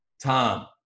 Tom